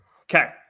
okay